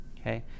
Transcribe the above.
okay